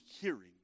hearing